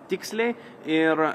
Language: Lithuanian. tiksliai ir